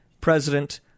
president